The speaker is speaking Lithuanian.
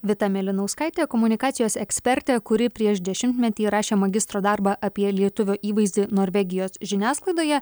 vita mėlynauskaitė komunikacijos ekspertė kuri prieš dešimtmetį rašė magistro darbą apie lietuvio įvaizdį norvegijos žiniasklaidoje